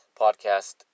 podcast